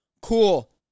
Cool